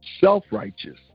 self-righteous